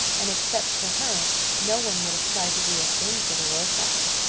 and except for her no one would have tried to do a thing for the rosas.